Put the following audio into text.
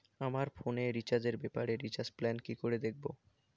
আমার ফোনে রিচার্জ এর ব্যাপারে রিচার্জ প্ল্যান কি করে দেখবো?